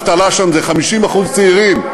שהאבטלה שם זה 50% בקרב צעירים,